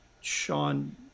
sean